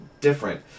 different